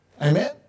Amen